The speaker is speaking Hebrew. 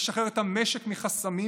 לשחרר את המשק מחסמים